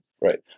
right